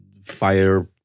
fire